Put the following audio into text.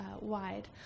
wide